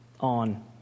on